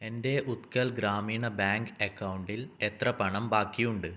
എൻ്റെ ഉത്കൽ ഗ്രാമീണ ബാങ്ക് അക്കൗണ്ടിൽ എത്ര പണം ബാക്കിയുണ്ട്